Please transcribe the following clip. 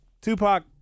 Tupac